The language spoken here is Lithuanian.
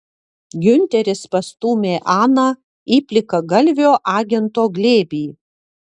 giunteris pastūmė aną į plikagalvio agento glėbį